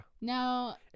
Now